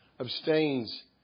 abstains